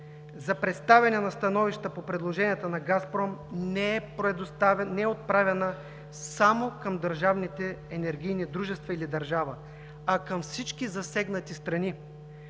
за представяне на становища по предложенията на „Газпром“ не е отправена само към държавните енергийни дружества или държава, а към всички засегнати страни.